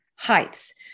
heights